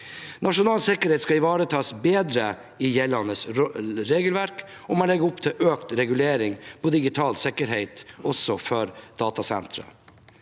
Nasjonal sikkerhet skal ivaretas bedre i gjeldende regelverk, og man legger opp til økt regulering innenfor digital sikkerhet, også for datasentre.